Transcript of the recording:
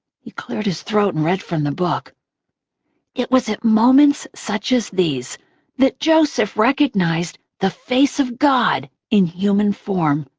he cleared his throat and read from the book it was at moments such as these that joseph recognized the face of god in human form.